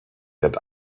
that